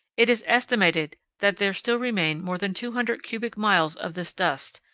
it is estimated that there still remain more than two hundred cubic miles of this dust,